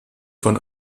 von